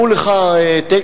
אני אומר לך את דעתי